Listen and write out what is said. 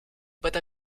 but